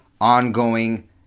ongoing